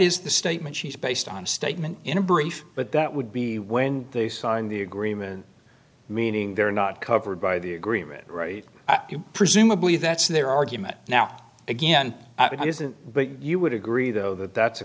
is the statement she's based on statement in a brief but that would be when they signed the agreement meaning they're not covered by the agreement right presumably that's their argument now again it isn't but you would agree though that that's a